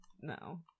No